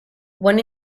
one